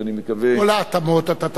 את כל ההתאמות אתה תביא בפנינו.